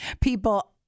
people